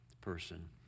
person